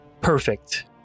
perfect